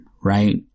right